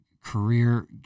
career